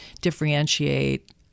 differentiate